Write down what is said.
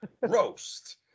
roast